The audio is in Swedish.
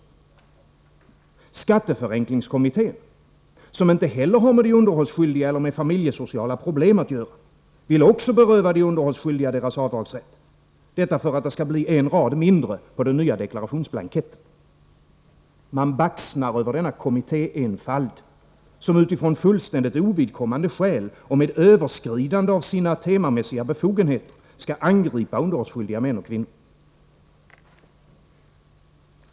Också skatteförenklingskommittén, som inte heller har med de underhållsskyldiga eller med familjesociala problem att göra, vill beröva de underhållsskyldiga deras avdragsrätt — detta för att det skall bli en rad mindre på den nya deklarationsblanketten. Man baxnar över denna kommittéenfald, som utifrån fullständigt ovidkommande skäl och med överskridande av sina temamässiga befogenheter skall angripa underhållsskyldiga män och kvinnor.